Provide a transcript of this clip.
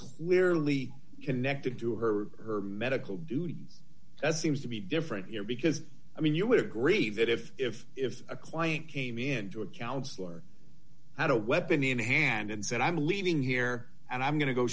clearly connected to her medical duties that seems to be different you know because i mean you would agree that if if if a client came into a counselor at a weapon in hand and said i'm leaving here and i'm going to go